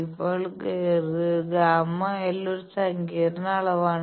ഇപ്പോൾ ΓL ഒരു സങ്കീർണ്ണ അളവാണ്